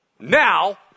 now